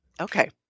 Okay